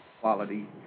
quality